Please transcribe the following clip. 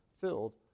filled